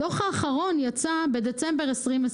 הדוח האחרון יצא בדצמבר 2020